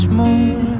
more